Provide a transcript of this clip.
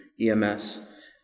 EMS